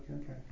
okay